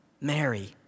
Mary